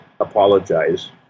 apologize